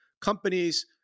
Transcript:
companies